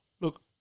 Look